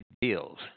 deals